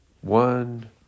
One